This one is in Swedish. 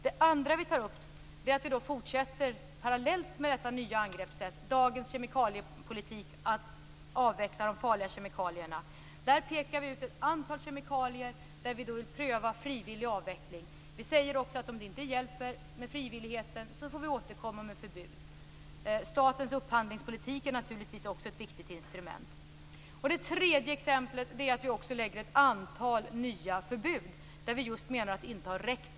Det andra vi gör, parallellt med det nya angreppssättet i politiken för att avveckla de farliga kemikalierna, är att peka ut ett antal kemikalier för vilka vi vill pröva frivillig avveckling. Vi säger också att om det inte hjälper med frivilligheten, får vi återkomma med förbud. Också statens upphandlingspolitik är naturligtvis ett viktigt instrument. Det tredje som vi gör är att vi utfärdar ett antal nya förbud där frivilligvägen enligt vår mening inte har räckt.